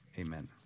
Amen